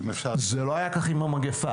זה לא היה כך עם המגפה,